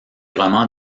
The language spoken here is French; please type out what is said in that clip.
romans